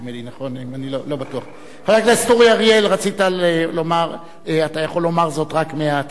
חבר הכנסת אורי אריאל, אתה יכול לומר זאת רק מהצד.